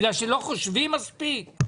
בגלל שלא חושבים מספיק?